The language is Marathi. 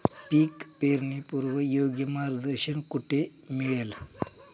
पीक पेरणीपूर्व योग्य मार्गदर्शन कुठे मिळेल?